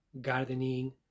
gardening